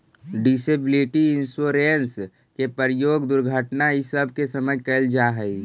disability insurance के प्रयोग दुर्घटना इ सब के समय कैल जा हई